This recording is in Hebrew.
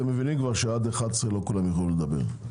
אתם מבינים כבר שעד 11:00 לא כולם יוכלו לדבר.